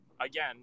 again